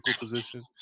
position